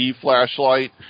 flashlight